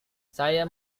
saya